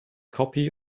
copy